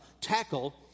tackle